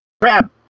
Crab